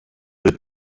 the